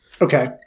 okay